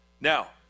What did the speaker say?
Now